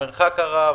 המרחק הרב,